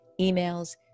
emails